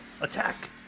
attack